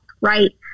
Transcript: right